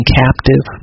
captive